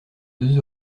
deux